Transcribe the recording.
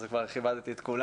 אז כבר כיבדתי את כולם.